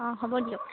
অঁ হ'ব দিয়ক